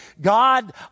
God